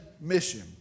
mission